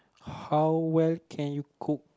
how well can you cook